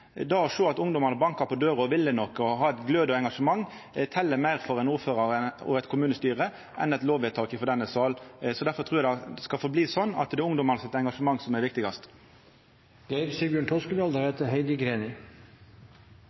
Det å sjå at ungdommane banka på døra, ville noko og hadde eit glødande engasjement tel meir for ein ordførar og eit kommunestyre enn eit lovvedtak frå denne salen. Difor trur eg det framleis skal få vera sånn at det er ungdommens engasjement som er viktigast.